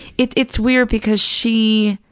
it's it's weird, because she,